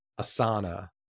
Asana